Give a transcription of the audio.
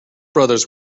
brothers